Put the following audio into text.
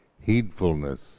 heedfulness